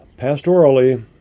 pastorally